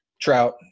Trout